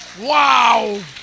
Wow